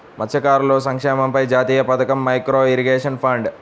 మత్స్యకారుల సంక్షేమంపై జాతీయ పథకం, మైక్రో ఇరిగేషన్ ఫండ్